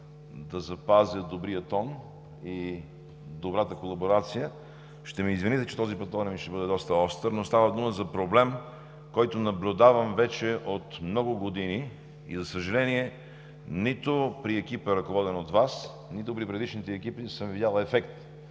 да запазя добрия тон и добрата колаборация. Ще ме извините, че този път тонът ми ще бъде доста остър, но става дума за проблем, който наблюдавам вече от много години и, за съжаление, нито при екипа, ръководен от Вас, нито при предишните екипи съм видял ефект,